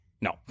no